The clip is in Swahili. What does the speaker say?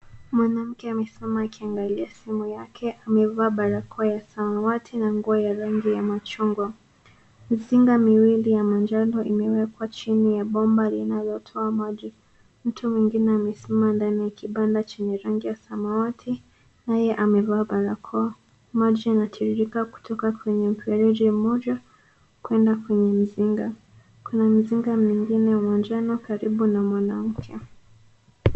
Mwanamke amesimama akiangalia simu yake amevaa barakoa ya samawati na nguo ya rangi ya machungwa. Mizinga miwili ya manjano imewekwa chini ya bomba linalotoa maji. Mtu mwingine amesimama ndani ya kibanda chenye rangi ya samawati naye amevaa barakoa. Maji yanatirika kutoka kwenye mfereji mmoja kwenda kwenye mzinga. Kuna mizinga mengine ya manjano karibu na mwanamke.